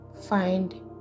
find